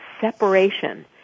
separation